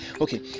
Okay